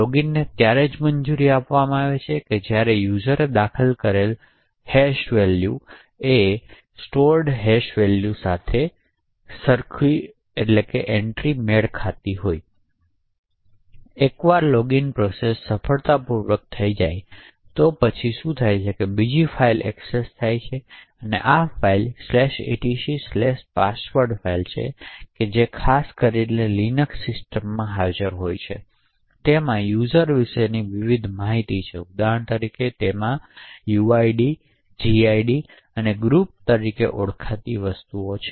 લોગિનને ત્યારે જ મંજૂરી આપવામાં આવે છે જ્યારે યુઝર પ્રવેશ કરે છે તે સુસંગત હેશેડ પાસવર્ડ સાથે સંગ્રહિત ફાઇલમાં આ એન્ટ્રી સાથે મેળ ખાતો હોય છે તેથી એકવાર લોગિન પ્રોસેસ સફળતાપૂર્વક પૂર્ણ થઈ જાય તો પછી શું થશે કે બીજી ફાઇલ એક્સેસ થઈ છે તેથી આ ફાઇલ etcpassword ફાઇલ કે જે ખાસ કરીને LINUX સિસ્ટમોમાં હાજર છે અને તેમાં યુઝર વિશે વિવિધ માહિતી છે ઉદાહરણ તરીકે તે કંઈક છે જે uid gid અને ગ્રુપ તરીકે ઓળખાય છે